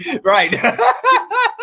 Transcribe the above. Right